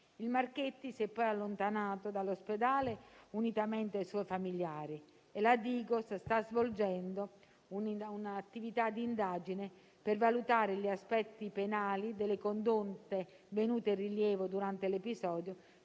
Il Marchetti si è poi allontanato dall'ospedale unitamente ai suoi familiari; la Digos sta svolgendo un'attività di indagine per valutare gli aspetti penali delle condotte venute in rilievo durante l'episodio,